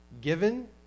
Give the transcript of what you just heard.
given